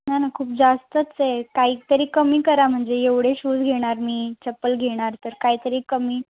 नाही नाही खूप जास्तच आहे काहीतरी कमी करा म्हणजे एवढे शूज घेणार मी चप्पल घेणार तर काहीतरी कमी